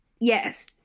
Yes